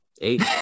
eight